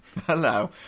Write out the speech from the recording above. hello